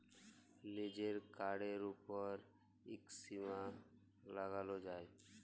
লিজের কাড়ের উপর ইকট সীমা লাগালো যায়